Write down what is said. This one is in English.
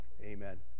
Amen